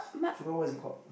forgot what is it called